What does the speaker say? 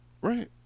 Right